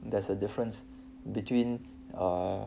there's a difference between uh